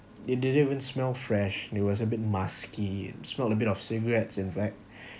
it didn't even smell fresh it was a bit musky smell a bit of cigarettes in fact